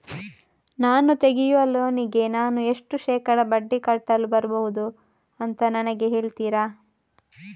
ನಾನು ತೆಗಿಯುವ ಲೋನಿಗೆ ನಾನು ಎಷ್ಟು ಶೇಕಡಾ ಬಡ್ಡಿ ಕಟ್ಟಲು ಬರ್ಬಹುದು ಅಂತ ನನಗೆ ಹೇಳ್ತೀರಾ?